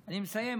אני מסיים,